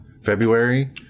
February